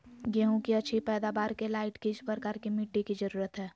गेंहू की अच्छी पैदाबार के लाइट किस प्रकार की मिटटी की जरुरत है?